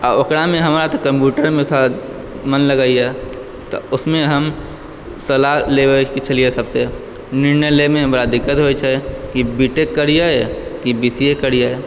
आ ओकरामऽ हमरा तऽ कम्प्यूटरमे थोड़ा मन लगयए तऽ उसमे हम सलाह लेबयके छलियै सभसे निर्णय लयऽमे बड़ा दिक्कत होइत छै कि बी टेक करिए कि बी सी ए करिए